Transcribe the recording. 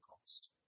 cost